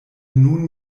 nun